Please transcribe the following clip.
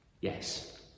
Yes